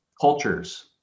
cultures